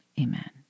amen